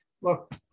look